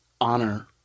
honor